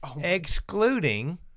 excluding